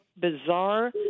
bizarre